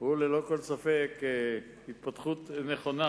הוא ללא כל ספק התפתחות נכונה,